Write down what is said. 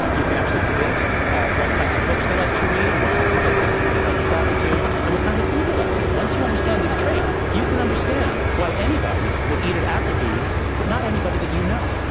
um you can predict what kinds of books they like to read, what kinds of places they like to travel to and what kinds of food they like to eat. once you understand this trait, you can understand why anybody would eat at applebee's, but not anybody that you know.